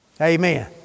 Amen